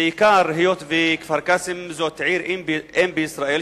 בעיקר היות שכפר-קאסם היא עיר ואם בישראל,